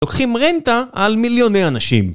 לוקחים רנטה על מיליוני אנשים.